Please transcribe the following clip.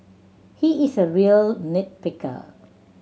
he is a real nit picker